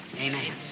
Amen